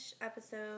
episode